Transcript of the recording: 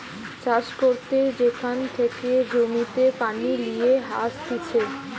চাষ করতে যেখান থেকে জমিতে পানি লিয়ে আসতিছে